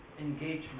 engagement